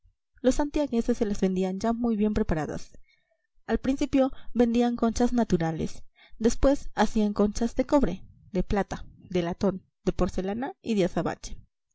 los santiagueses se las vendían ya muy bien preparadas al principio vendían conchas naturales después hacían conchas de cobre de plata de latón de porcelana y de azabache